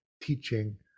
teaching